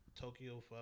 Tokyo